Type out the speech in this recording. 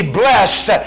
blessed